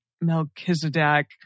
Melchizedek